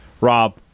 Rob